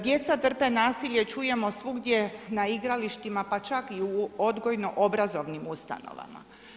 Djeca trpe nasilje, čujemo svugdje na igralištima, pa čak i u odgojno obrazovnim ustanovama.